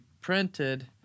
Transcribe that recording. printed